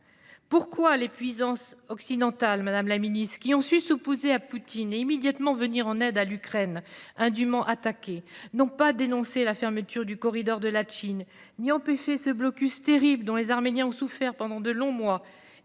Pourquoi les puissances occidentales, qui ont su s’opposer à Poutine et immédiatement venir en aide à l’Ukraine indûment attaquée, n’ont-elles pas dénoncé la fermeture du corridor de Latchine ni empêché le terrible blocus dont les Arméniens ont souffert pendant des mois